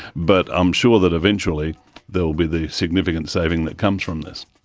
but i'm sure that eventually there will be the significant saving that comes from this.